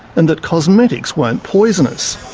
and that cosmetics won't poison us.